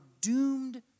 doomed